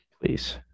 Please